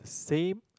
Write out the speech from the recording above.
same